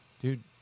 Dude